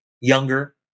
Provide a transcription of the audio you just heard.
younger